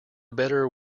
better